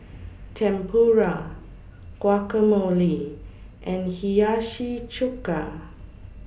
Tempura Guacamole and Hiyashi Chuka